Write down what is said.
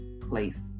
place